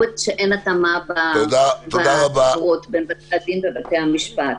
שאין התאמה בפגרות בין בתי הדין לבתי המשפט.